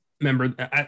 member